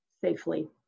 safely